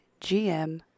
GM